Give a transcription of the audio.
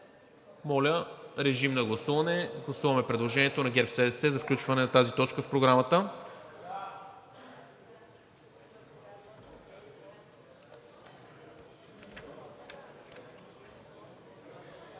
Моля, режим на гласуване. Гласуваме предложението на ГЕРБ-СДС за включване на тази точка в Програмата.